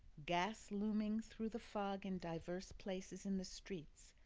gas looming through the fog in divers places in the streets,